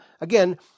again